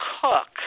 cook